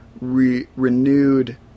renewed